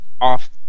off